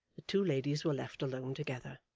the two ladies were left alone together.